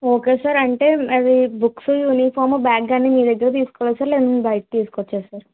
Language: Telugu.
ఓకే సార్ అంటే అవి బుక్స్ యూనిఫామ్ బ్యాగ్ గాని మీ దగ్గర తీసుకోవచ్చా లేదంటే బయట తీసుకోవచ్చా సార్